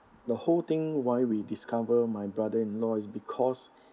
the whole thing why we discover my brother in law is because